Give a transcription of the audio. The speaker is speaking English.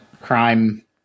crime